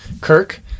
Kirk